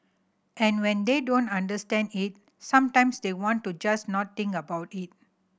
and when they don't understand it sometimes they want to just not think about it